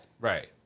Right